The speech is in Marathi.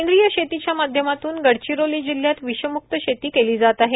सेंद्रिय शेतीच्या माध्यमातून गडचिरोली जिल्ह्यात विषम्क्त शेती केली जात आहे